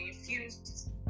infused